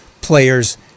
players